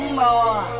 more